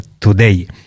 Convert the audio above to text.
today